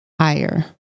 higher